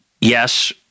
yes